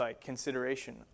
consideration